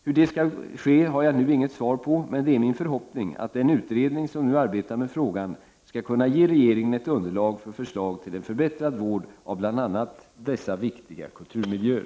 Hur det skall ske har jag nu inget svar på, men det är min förhoppning att den utredning som nu arbetar med frågan skall kunna ge regeringen ett underlag för förslag till en förbättrad vård av bl.a. dessa viktiga kulturmiljöer.